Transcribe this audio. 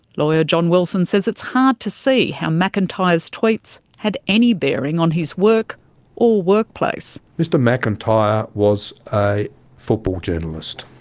lawyer john wilson says it's hard to see how mcintyre's tweets had any bearing on his work or workplace. mr mcintyre was a football journalist.